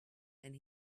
and